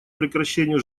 прекращению